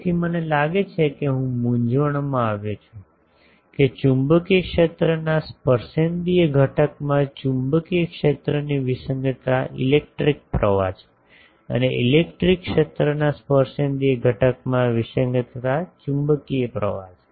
તેથી મને લાગે છે કે હું મૂંઝવણમાં આવ્યો છું કે ચુંબકીય ક્ષેત્રના સ્પર્શેન્દ્રિય ઘટકમાં ચુંબકીય ક્ષેત્રની વિસંગતતા ઇલેક્ટ્રિક પ્રવાહ છે અને ઇલેક્ટ્રિક ક્ષેત્રના સ્પર્શેન્દ્રિય ઘટકમાં વિસંગતતા ચુંબકીય પ્રવાહ છે